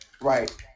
Right